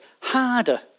harder